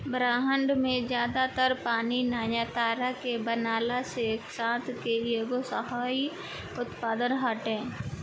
ब्रह्माण्ड में ज्यादा तर पानी नया तारा के बनला के साथ के एगो सह उत्पाद हटे